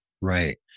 Right